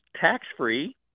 tax-free